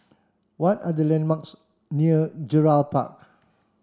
what are the landmarks near Gerald Park